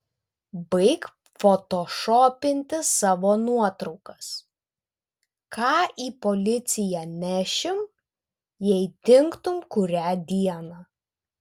baik fotošopinti savo nuotraukas ką į policiją nešim jei dingtum kurią dieną